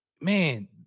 man